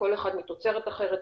כל אחד מתוצרת אחרת,